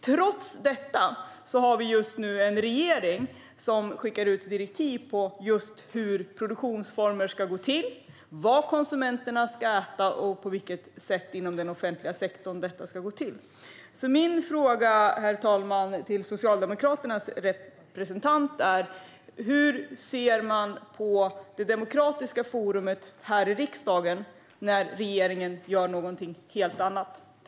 Trots detta har vi just nu en regering som skickar ut direktiv om hur produktionen ska gå till, vad konsumenterna ska äta och på vilket sätt inom den offentliga sektorn detta ska gå till. Min fråga, herr talman, till Socialdemokraternas representant är därför: Hur ser ni på det demokratiska forumet riksdagen när regeringen gör något helt annat?